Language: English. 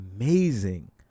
amazing